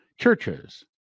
Churches